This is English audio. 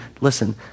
listen